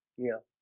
yeah,